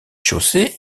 chaussée